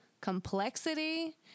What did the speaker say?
complexity